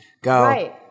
go